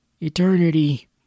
eternity